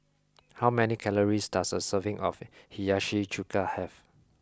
how many calories does a serving of Hiyashi Chuka have